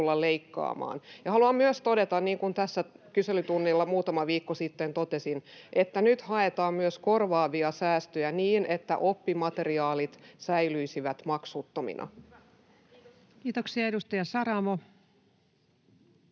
Haluan myös todeta, niin kuin tässä kyselytunnilla muutama viikko sitten totesin, että nyt haetaan myös korvaavia säästöjä niin, että oppimateriaalit säilyisivät maksuttomina. [Li Andersson: Hyvä!